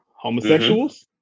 homosexuals